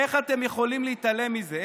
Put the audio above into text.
איך אתם יכולים להתעלם מזה?